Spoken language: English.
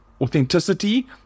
authenticity